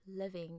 living